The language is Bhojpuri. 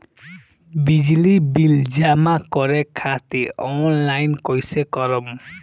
बिजली बिल जमा करे खातिर आनलाइन कइसे करम?